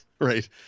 Right